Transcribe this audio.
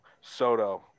soto